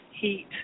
heat